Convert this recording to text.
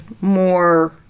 more